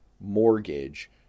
mortgage